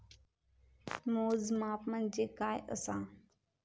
मोजमाप म्हणजे काय असा?